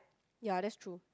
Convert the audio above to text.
ya that's true